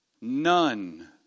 none